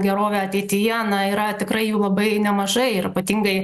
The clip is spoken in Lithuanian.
gerovę ateityje yra tikrai labai nemažai ir ypatingai